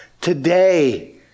today